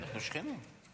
אנחנו שכנים.